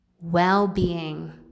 well-being